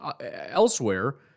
elsewhere